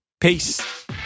Peace